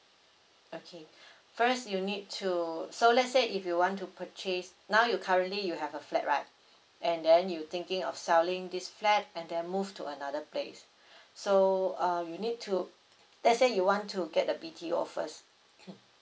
okay first you need to so let's say if you want to purchase now you currently you have a flat right and then you thinking of selling this flat and then move to another place so uh we need to let's say you want to get a B_T_O first